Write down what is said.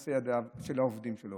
ממעשה ידיו או ממעשי ידי העובדים שלו?